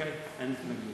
אין התנגדות.